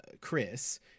Chris